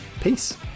Peace